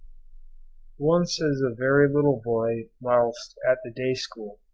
once as a very little boy whilst at the day school,